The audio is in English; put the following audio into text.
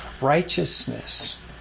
righteousness